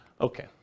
Okay